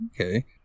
Okay